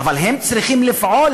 אבל הן צריכות לפעול,